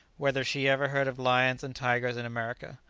whether she ever heard of lions and tigers in america?